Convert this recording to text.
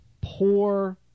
poor